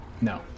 No